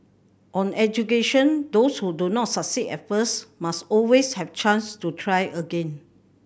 on education those who do not succeed at first must always have chance to try again